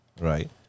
Right